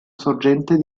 sorgente